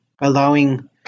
allowing